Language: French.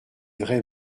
vrai